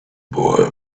boy